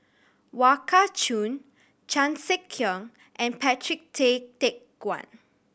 Wong Kah Chun Chan Sek Keong and Patrick Tay Teck Guan